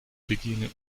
begin